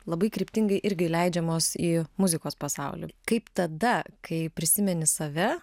labai kryptingai irgi leidžiamos į muzikos pasaulį kaip tada kai prisimeni save